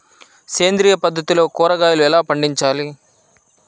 సేంద్రియ పద్ధతిలో కూరగాయలు ఎలా పండించాలి?